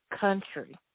country